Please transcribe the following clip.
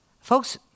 Folks